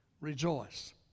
rejoice